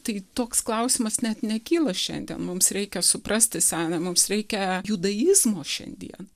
tai toks klausimas net nekyla šiandien mums reikia suprasti seną mums reikia judaizmo šiandien